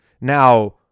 Now